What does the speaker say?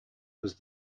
was